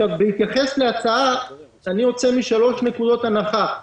בהתייחס להצעה, אני יוצא משלוש נקודות הנחה.